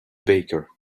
baker